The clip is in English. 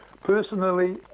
personally